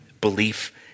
belief